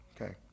okay